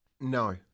No